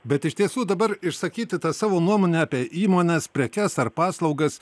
bet iš tiesų dabar išsakyti tą savo nuomonę apie įmonės prekes ar paslaugas